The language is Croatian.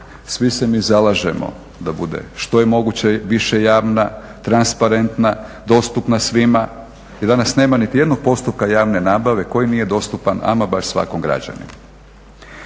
svi se mi zalažemo da bude što je moguće više javna, transparentna, dostupna svima i danas nema niti jednog postupka javne nabave koji nije dostupan ama baš svakom građaninu.